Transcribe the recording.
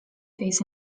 face